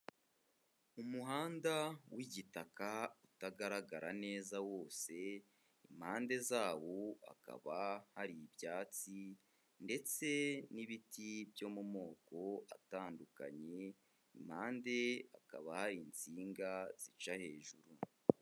Umuhanda w'igitaka utagaragara neza wose, impande zawo hakaba hari ibyatsi ndetse n'ibiti byo mu moko atandukanye, impande hakaba hari insinga zica hejuru.